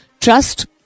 Trust